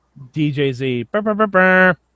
DJZ